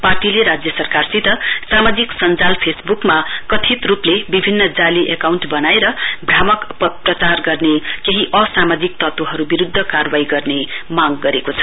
पार्टीले राज्य सरकारसित सामाजिक सञ्जाल फेसबुकमा कथित रुपले विभिन्न जाली एकाउण्ट बनाएर भ्रामक प्रचार गर्नेहरु विरुद्ध कारवाई गर्ने मांग गरेको छ